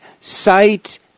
sight